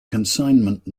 consignment